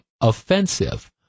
offensive